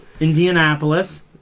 Indianapolis